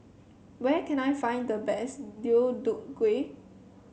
where can I find the best Deodeok Gui